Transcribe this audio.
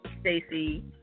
Stacey